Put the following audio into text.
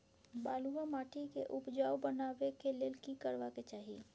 बालुहा माटी के उपजाउ बनाबै के लेल की करबा के चाही?